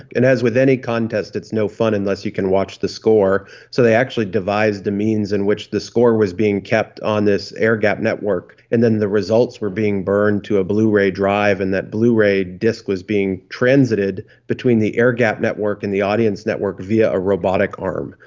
and as with any contest, it's no fun unless you can watch the score, so they actually devised a means in which the score was being kept on this air gapped network, and then the results were being burned to a blu-ray drive, and that blu-ray disc was being transited between the air gapped network and the audience network via a robotic arm.